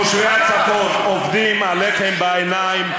אחי תושבי הצפון, עובדים עליכם בעיניים.